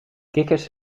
kikkers